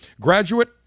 graduate